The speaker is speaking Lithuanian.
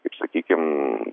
kaip sakykim